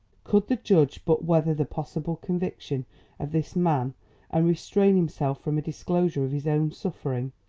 could the judge but weather the possible conviction of this man and restrain himself from a disclosure of his own suffering,